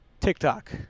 TikTok